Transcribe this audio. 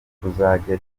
kuzajya